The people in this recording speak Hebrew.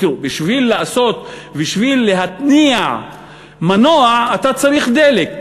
בשביל להתניע מנוע אתה צריך דלק,